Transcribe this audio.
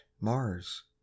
mars